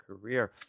career